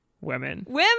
women